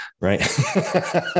Right